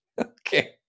Okay